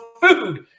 food